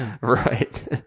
right